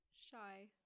shy